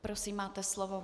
Prosím, máte slovo.